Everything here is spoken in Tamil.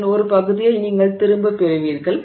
அதன் ஒரு பகுதியை நீங்கள் திரும்பப் பெறுவீர்கள்